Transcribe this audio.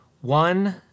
one